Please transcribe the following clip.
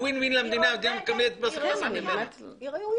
היא עובדת, היא ראויה.